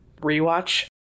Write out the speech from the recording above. rewatch